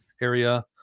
area